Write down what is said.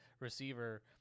receiver